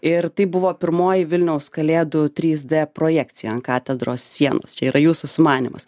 ir tai buvo pirmoji vilniaus kalėdų trys d projekcija ant katedros sienos čia yra jūsų sumanymas